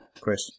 Chris